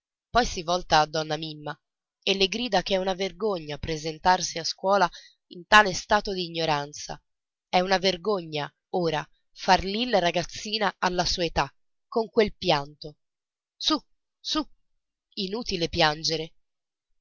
poi si volta a donna mimma e le grida che è una vergogna presentarsi a scuola in tale stato d'ignoranza è una vergogna ora far lì la ragazzina alla sua età con quel pianto su su inutile piangere